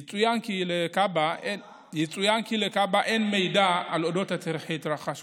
יצוין כי לכב"ה אין מידע על אודות התרחשותם